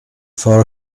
for